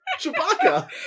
Chewbacca